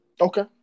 Okay